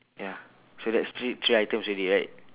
ya so that's three three items already right